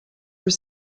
were